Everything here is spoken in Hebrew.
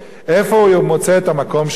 איפה הוא מוצא את המקום שלו?